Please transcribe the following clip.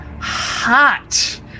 hot